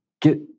get